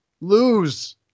lose